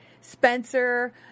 Spencer